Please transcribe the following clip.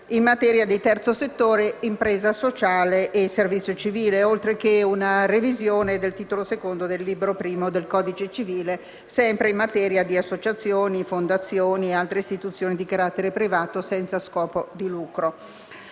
in materia di terzo settore, impresa sociale e servizio civile, oltre che una revisione del titolo II del libro I del codice civile sempre in materia di associazioni, fondazioni e altre istituzioni di carattere privato senza scopo di lucro.